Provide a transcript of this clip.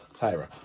Tyra